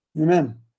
Amen